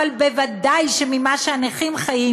אבל בוודאי שממה שהנכים חיים,